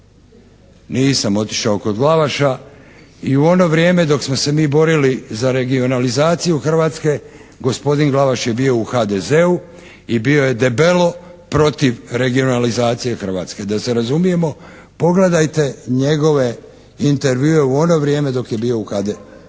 Nisam otišao kod Glavaša i u ono vrijeme dok smo se mi borili za regionalizaciju Hrvatske gospodin Glavaš je bio u HDZ-u i bio je debelo protiv regionalizacije Hrvatske, da se razumijemo. Pogledajte njegove intervjue u ono vrijeme dok je bio u HDZ-u.